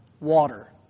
Water